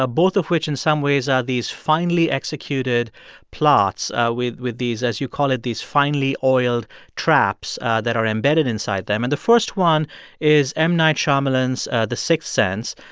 ah both of which, in some ways, are these finely executed plots with with these, as you call it, these finely oiled traps that are embedded inside them. and the first one is m. night shyamalan's the sixth sense.